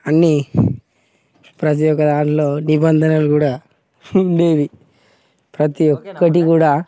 అన్నీ ప్రతి ఒక దాంట్లో నిబంధనలు కూడా ఉండేవి ప్రతి ఒక్కటి కూడా